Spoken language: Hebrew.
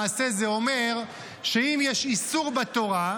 לאו שניתק לעשה זה אומר שאם יש איסור בתורה,